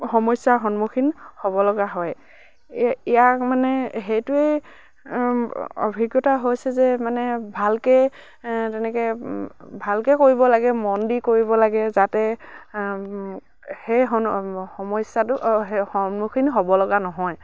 সমস্যাৰ সন্মুখীন হ'ব লগা হয় ইয়াক মানে সেইটোৱে অভিজ্ঞতা হৈছে যে মানে ভালকৈ তেনেকৈ ভালকৈ কৰিব লাগে মন দি কৰিব লাগে যাতে সেই সমস্যাটো অঁ সন্মুখীন হ'ব লগা নহয়